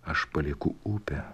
aš palieku upę